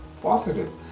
positive